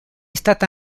stata